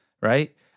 right